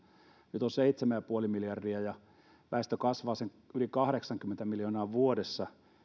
nyt on seitsemän ja puoli miljardia ja väestö kasvaa sen yli kahdeksankymmentä miljoonaa vuodessa